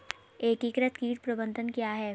एकीकृत कीट प्रबंधन क्या है?